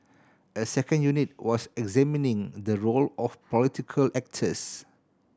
a second unit was examining the role of political actors